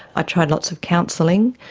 i tried lots of counselling,